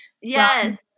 yes